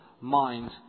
mind